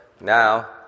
now